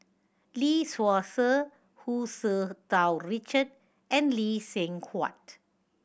Lee Seow Ser Hu Tsu Tau Richard and Lee Seng Huat